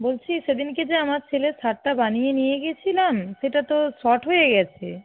বলছি সেদিনকে যে আমার ছেলের শার্টটা বানিয়ে নিয়ে গেছিলাম সেটা তো শর্ট হয়ে গেছে